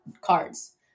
Cards